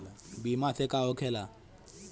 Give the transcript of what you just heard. बीमा से का होखेला?